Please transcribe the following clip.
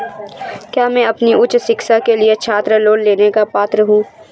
क्या मैं अपनी उच्च शिक्षा के लिए छात्र लोन लेने का पात्र हूँ?